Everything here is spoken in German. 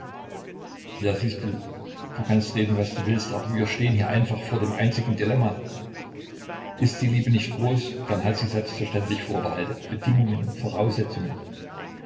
ja siehst du du kannst reden was du willst aber wir stehen hier einfach vor dem einzigen dilemma ist die liebe nicht groß dann hat sie selbstverständlich vorbehalte bedingungen voraussetzungen